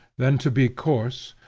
then to be coarse,